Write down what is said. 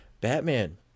Batman